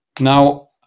Now